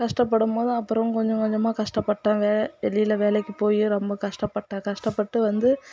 கஷ்டப்படும்போது அப்புறம் கொஞ்ச கொஞ்சமாக கஷ்டப்பட்டேன் வெளியில் வேலைக்கு போய் ரொம்ப கஷ்டப்பட்டேன் கஷ்டப்பட்டு வந்து